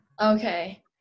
okay